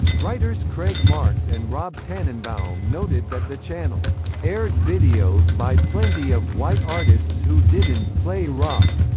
writers craig marks and rob tannenbaum noted that the channel aired videos by plenty of white artists who didn't play rock.